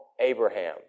Abraham